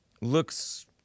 Looks